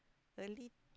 a lit